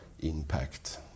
impact